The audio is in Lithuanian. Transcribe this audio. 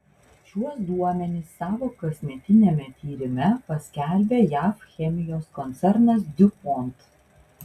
šiuos duomenis savo kasmetiniame tyrime paskelbė jav chemijos koncernas diupont